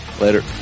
Later